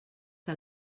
que